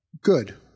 good